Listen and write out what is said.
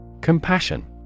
Compassion